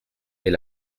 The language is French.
est